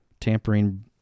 Tampering